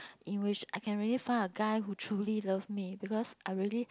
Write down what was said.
in which I can really find a guy who truly love me because I really